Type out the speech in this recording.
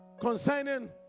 concerning